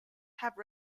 have